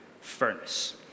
furnace